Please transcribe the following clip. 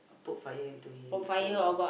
put fire into him so